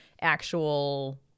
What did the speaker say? actual